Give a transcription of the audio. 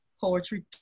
poetry